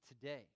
today